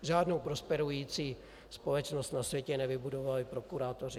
Žádnou prosperující společnost na světě nevybudovali prokurátoři.